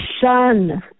Son